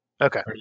Okay